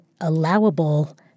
allowable